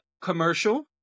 commercial